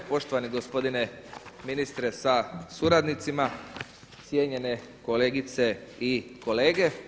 Poštovani gospodine ministre sa suradnicima, cijenjene kolegice i kolege.